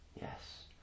Yes